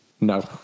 No